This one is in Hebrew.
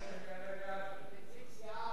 נציג סיעה